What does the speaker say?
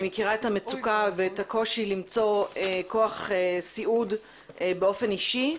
מכירה את המצוקה ואת הקושי למצוא כוח סיעוד באופן אישי.